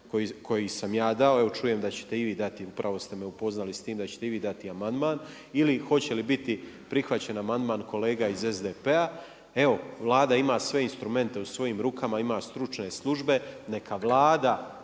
koji sam ja dao, čujem da ćete i vi dati, upravo ste me upoznali s tim da ćete i vi dati amandman, ili hoće li biti prihvaćen amandman kolega iz SDP-a, evo Vlada ima sve instrumente u svojim rukama, ima stručne službe neka Vlada